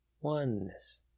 Oneness